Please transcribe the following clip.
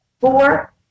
four